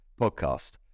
podcast